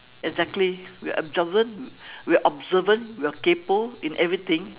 exactly we're observant we're observant we're kaypoh in everything